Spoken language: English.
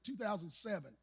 2007